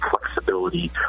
flexibility